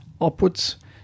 upwards